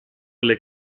alle